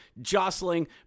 jostling